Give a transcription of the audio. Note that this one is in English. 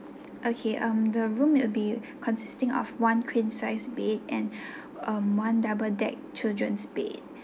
okay um the room will be consisting of one queen size bed and um one double deck children's bed